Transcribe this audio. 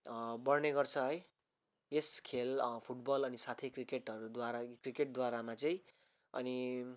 बढ्ने गर्छ है यस खेल फुटबल अनि साथै क्रिकेटहरूद्वारा क्रिकेटद्वारामा चाहिँ अनि